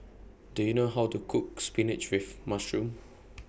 Do YOU know How to Cook Spinach with Mushroom